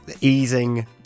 easing